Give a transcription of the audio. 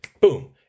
Boom